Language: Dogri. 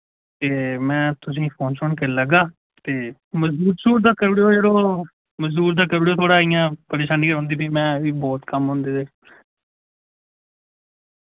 ते मैं तुसें फोन शोन करी लैगा ते मजदूर शूर दा करुड़ेेओ यरो मजदूर दा करुड़ेओ थोह्ड़ा इयां परेशानी रौंह्दी फ्ही में फ्ही बहुत कम्म होंदे ते